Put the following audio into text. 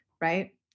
Right